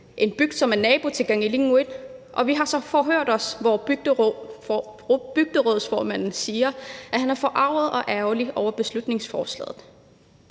en bygd, som er nabo til Kangilinnguit – og vi har så forhørt os, og bygderådsformanden siger, at han er forarget og ærgerlig over beslutningsforslaget.